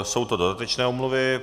Jsou to dodatečné omluvy.